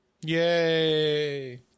Yay